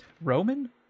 Roman